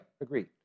Agreed